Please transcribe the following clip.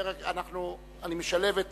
אני משלב את